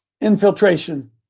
infiltration